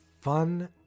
fun